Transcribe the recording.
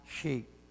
sheep